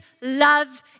love